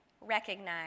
recognize